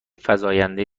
فزاینده